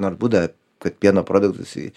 nor būdą kad pieno produktus į